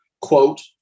quote